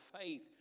faith